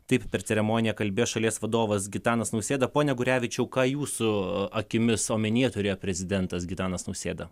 taip per ceremoniją kalbės šalies vadovas gitanas nausėda pone gurevičiau ką jūsų akimis omenyje turėjo prezidentas gitanas nausėda